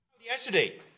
Yesterday